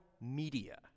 media